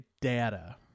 data